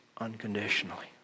unconditionally